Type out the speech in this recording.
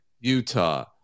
Utah